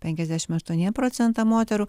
penkiasdešimt aštuoniem procentam moterų